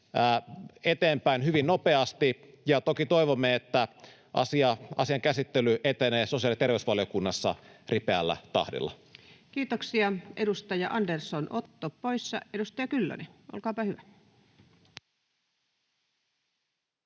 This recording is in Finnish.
eteenpäin hyvin nopeasti. Toki toivomme, että asian käsittely etenee sosiaali- ja terveysvaliokunnassa ripeällä tahdilla. Kiitoksia. — Edustaja Andersson, Otto, poissa. — Edustaja Kyllönen, olkaapa hyvä.